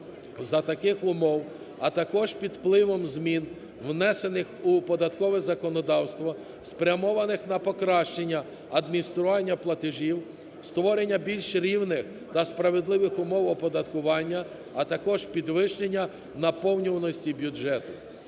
За таких умов, а також під впливом змін, внесених у податкове законодавство, спрямованих на покращання адміністрування платежів, створення більш рівних та справедливих умов оподаткування, а також підвищення наповнюваності бюджету